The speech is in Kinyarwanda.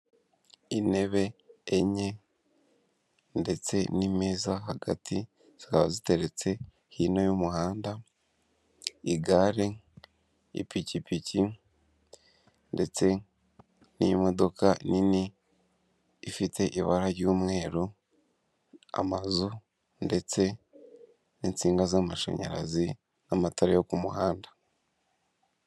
Intebe enye ndetse n'Imeza hagati, zikaba ziteretse hino y'umuhanda, igare, ipikipiki ndetse n'imodoka nini ifite ibara ry'umweru, amazu ndetse n'insinga z'amashanyarazi n'amatara yo ku muhanda.